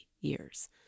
years